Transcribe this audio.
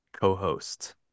co-host